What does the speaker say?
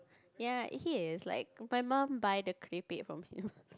ya he is like my mom buy the clay plate from him